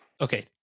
okay